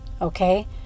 Okay